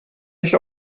nicht